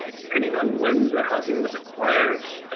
ah depending on when the housing and was acquired,